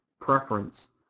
preference